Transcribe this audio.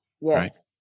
Yes